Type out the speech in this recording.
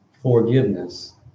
Forgiveness